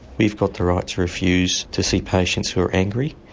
we've got the right to refuse to see patients who are angry,